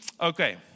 Okay